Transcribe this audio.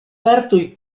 partoj